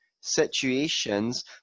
situations